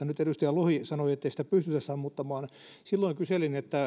nyt edustaja lohi sanoi ettei sitä pystytä sammuttamaan silloin kyselin